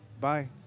Bye